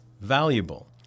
valuable